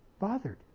bothered